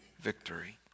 victory